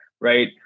right